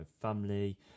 family